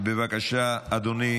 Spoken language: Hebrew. בבקשה, אדוני